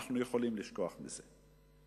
אנחנו יכולים לשכוח מזה.